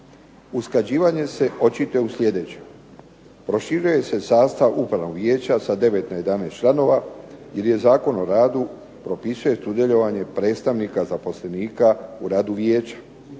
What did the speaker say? Usklađivanje se očituje u sljedećem, proširuje se sastav upravnog vijeća sa 9 na 11 članova, jer je Zakon o radu propisuje sudjelovanje predstavnika zaposlenika u radu vijeća.